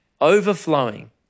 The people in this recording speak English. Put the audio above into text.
overflowing